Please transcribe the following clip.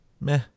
meh